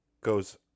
goes